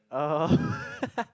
orh